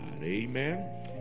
Amen